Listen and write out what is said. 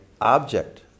object